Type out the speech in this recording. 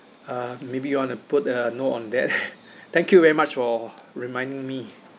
uh maybe you want to put a note on that thank you very much for reminding me